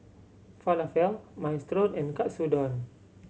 Falafel Minestrone and Katsudon